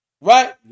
right